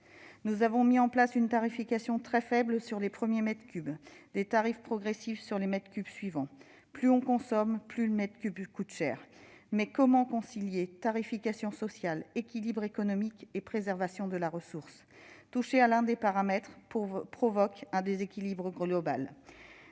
Nous avons mis en place une tarification très faible sur les premiers mètres cubes et des tarifs progressifs sur les mètres cubes suivants. Plus on consomme, plus le mètre cube coûte cher. Comment concilier tarification sociale, équilibre économique et préservation de la ressource ? Toucher à l'un des paramètres provoque un déséquilibre global.